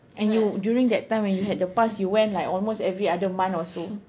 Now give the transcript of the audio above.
and you during that time when you had the pass you went like almost every other month or so